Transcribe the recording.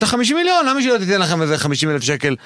אתה חמישים מיליון, למה שהיא לא תתן לכם איזה חמישה מיליון שקל?